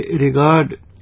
regard